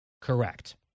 Correct